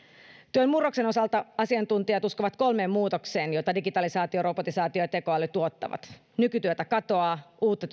työn murroksen osalta asiantuntijat uskovat kolmeen muutokseen joita digitalisaatio robotisaatio ja tekoäly tuottavat nykytyötä katoaa uutta